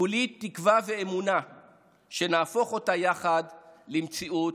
כולי תקווה ואמונה שנהפוך אותה יחד למציאות.